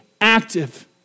active